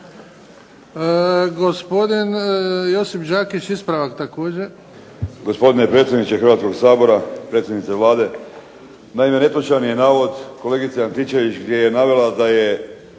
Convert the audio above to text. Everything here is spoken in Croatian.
Gospodin Josip Đakić, ispravak također. **Đakić, Josip (HDZ)** Gospodine predsjedniče Hrvatskog sabora, predsjednice Vlade. Naime netočan je navod kolegice Antičević gdje je navela da je